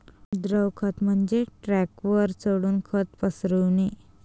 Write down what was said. द्रव खत म्हणजे ट्रकवर चढून खत पसरविणे